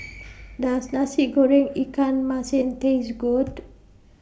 Does Nasi Goreng Ikan Masin Taste Good